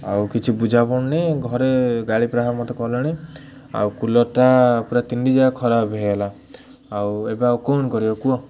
ଆଉ କିଛି ବୁଝା ପଡ଼ୁନି ଘରେ ଗାଳି ପ୍ରାୟ ମତେ କଲେଣି ଆଉ କୁଲର୍ଟା ପୁରା ତିନି ଯାଗା ଖରାପ ହେଇଗଲା ଆଉ ଏବେ ଆଉ କ'ଣ କରିବ କୁହ